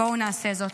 בואו נעשה זאת.